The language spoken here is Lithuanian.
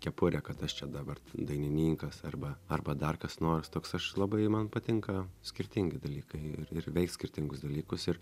kepurę kad aš čia dabar dainininkas arba arba dar kas nors toks aš labai man patinka skirtingi dalykai ir ir veikt skirtingus dalykus ir